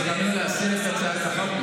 סיכמנו להסיר את הצעת החוק,